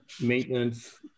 maintenance